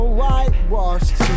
whitewashed